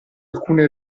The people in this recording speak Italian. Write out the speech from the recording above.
alcune